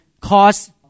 cause